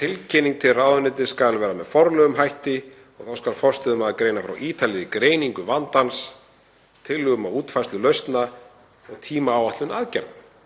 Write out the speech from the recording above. Tilkynning til ráðuneytis skal vera með formlegum hætti. Þá skal forstöðumaður greina frá ítarlegri greiningu vandans, tillögum að útfærslu lausna og tímaáætlun aðgerða.